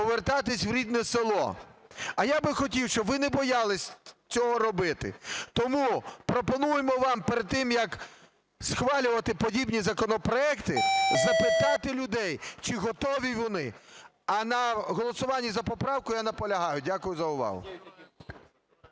повертатися в рідне село. А я би хотів, щоб ви не боялися цього робити. Тому пропонуємо вам перед тим, як схвалювати подібні законопроекти, запитати людей, чи готові вони. А на голосуванні за поправку я наполягаю. Дякую за увагу.